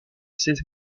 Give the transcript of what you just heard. ses